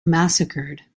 massacred